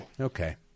Okay